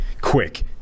Quick